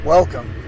Welcome